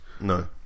No